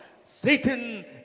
Satan